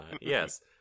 Yes